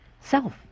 self